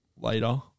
later